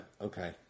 okay